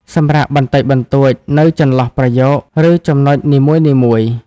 សម្រាកបន្តិចបន្តួចនៅចន្លោះប្រយោគ ឬចំណុចនីមួយៗ។